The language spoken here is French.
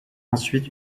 ensuite